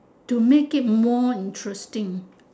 to make it more interesting